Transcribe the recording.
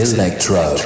Electro